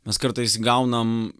mes kartais gaunam